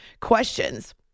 questions